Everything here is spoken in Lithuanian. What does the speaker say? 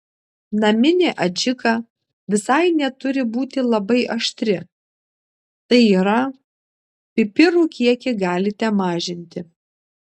naminė adžika visai neturi būti labai aštri tai yra pipirų kiekį galite mažinti